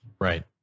Right